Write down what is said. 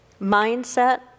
mindset